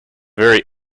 very